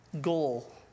goal